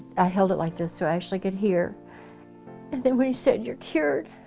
i held it like this so ashley could hear and then we said you're cured